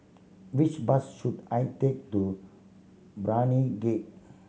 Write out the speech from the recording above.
which bus should I take to Brani Gate